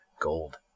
Gold